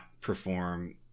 perform